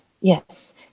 Yes